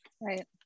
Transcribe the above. right